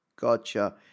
Gotcha